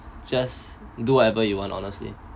just do whatever you want honestly